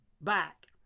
back